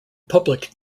public